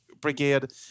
brigade